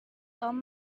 tom